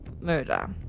murder